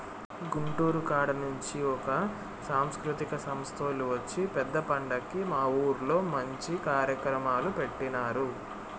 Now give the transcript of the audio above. గుంటూరు కాడ నుంచి ఒక సాంస్కృతిక సంస్తోల్లు వచ్చి పెద్ద పండక్కి మా ఊర్లో మంచి కార్యక్రమాలు పెట్టినారు